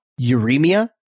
uremia